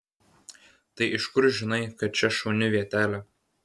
tai iš kur žinai kad čia šauni vietelė